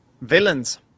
Villains